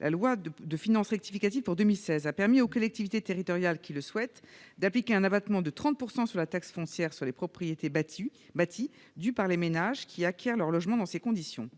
La loi de finances rectificative pour 2016 a permis aux collectivités territoriales qui le souhaitent d'appliquer un abattement de 30 % sur la taxe foncière sur les propriétés bâties (TFPB) due par les ménages qui acquièrent leurs logements dans ces conditions.